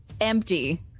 empty